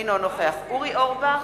אינו נוכח אורי אורבך,